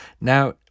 Now